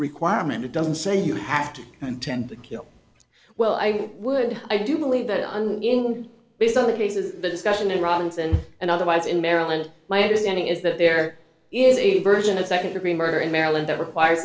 requirement it doesn't say you have to intend to kill well i would i do believe that on this other cases the discussion in robinson and otherwise in maryland my understanding is that there is a version of second degree murder in maryland that requires